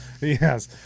Yes